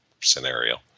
scenario